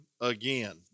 again